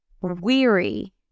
weary